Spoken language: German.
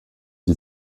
die